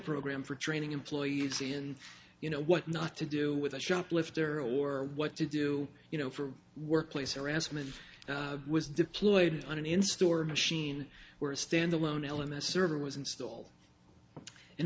program for training employees and you know what not to do with a shoplifter or what to do you know for workplace harassment was deployed on an in store machine where a stand alone element server was in